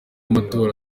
amatora